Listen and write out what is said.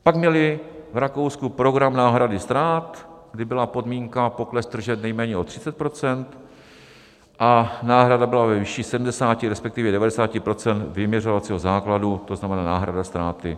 Pak měli v Rakousku program náhrady ztrát, kdy byla podmínka pokles tržeb nejméně o 30 % a náhrada byla ve výši 70, respektive 90 % vyměřovacího základu, to znamená náhrada ztráty.